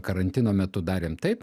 karantino metu darėm taip